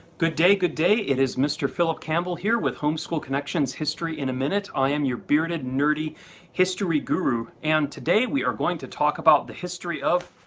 good day, good day. it is mr. philip campbell here with homeschool connections history in a minute. i am your bearded nerdy history guru and today we are going to talk about the history of